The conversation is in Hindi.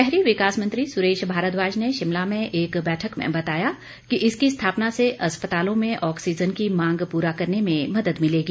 शहरी विकास मंत्री सुरेश भारद्वाज ने शिमला में एक बैठक में बताया कि इसकी स्थापना से अस्पतालों में ऑक्सीजन की मांग पूरा करने में मदद मिलेगी